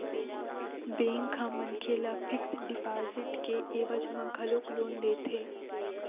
bank ह मनखे ल फिक्स डिपाजिट के एवज म घलोक लोन देथे